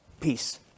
Peace